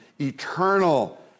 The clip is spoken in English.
eternal